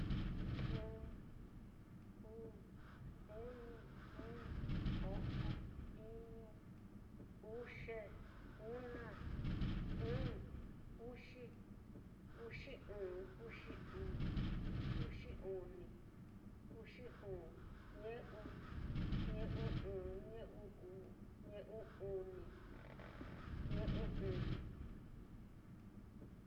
Ɨ́ɨ́n, uu, uni, juu, o'on, iñu, uxie, una, ɨ̄ɨ̱n, uxi, uxi ɨ́ɨ́n, uxi uu, uxi uni, uxi juu, ñe'u, ñe'u ɨ́ɨ́n, ñe'u uu, ñe'u uni, ñe'u juu.